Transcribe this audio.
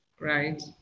Right